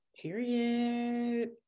period